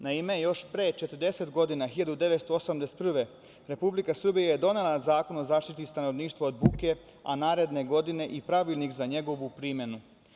Naime, još pre 40 godina, 1981. godine, Republika Srbija donela je Zakon o zaštiti stanovništva od buke, a naredne godine i pravilnik za njegovu primenu.